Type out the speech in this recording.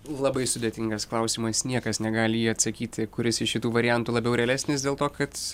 labai sudėtingais klausimas niekas negali į jį atsakyti kuris iš šitų variantų labiau realesnis dėl to kad